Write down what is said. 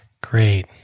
great